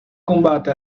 combate